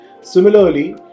similarly